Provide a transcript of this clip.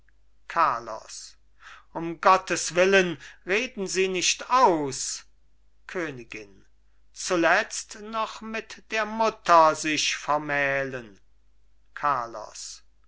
carlos um gottes willen reden sie nicht aus königin zuletzt noch mit der mutter sich vermählen carlos